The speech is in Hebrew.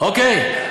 אוקיי?